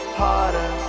harder